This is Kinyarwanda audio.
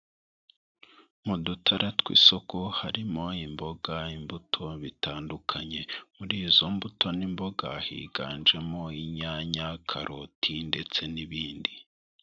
Mu dutara tw'isoko harimo imboga, imbuto bitandukanye. Muri izo mbuto n'imboga higanjemo inyanya, karoti ndetse n'ibindi.